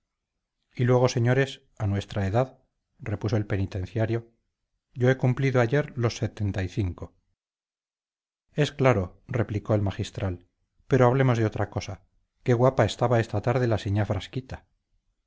y luego señores a nuestra edad repuso el penitenciario yo he cumplido ayer los setenta y cinco es claro replicó el magistral pero hablemos de otra cosa qué guapa estaba esta tarde la